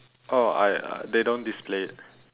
oh I they don't display it